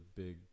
big